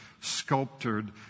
sculptured